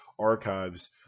archives